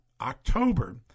October